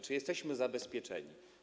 Czy jesteśmy zabezpieczeni?